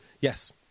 Yes